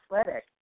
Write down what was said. athletic